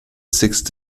sixth